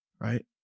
right